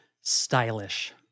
stylish